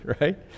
right